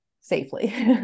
safely